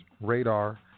radar